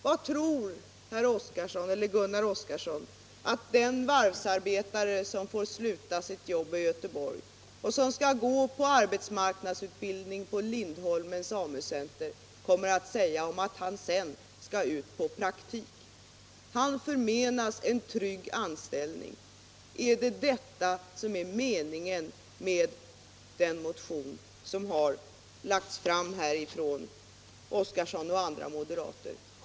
Vad tror Gunnar Oskarson att den varvsarbetare som får sluta sitt jobb i Göteborg och skall gå på arbetsmarknadsutbildning på Lindholmens AMU-center kommer att säga om att han sedan skall ut på praktik? Han förmenas en trygg anställning. Är det detta som är meningen med den motion som har väckts av Gunnar Oskarson och andra moderater?